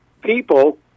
people